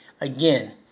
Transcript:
Again